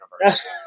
universe